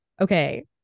okay